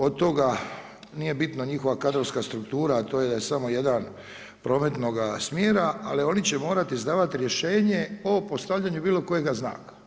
Od toga nije bitna njihova kadrovska struktura a to je da je samo 1 prometnoga smjera ali oni će morati izdavati rješenje o postavljanju bilo kojega znaka.